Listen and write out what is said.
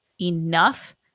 enough